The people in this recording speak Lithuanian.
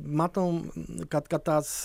matom kad kad tas